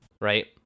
right